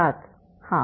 छात्र हाँ